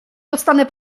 dostanę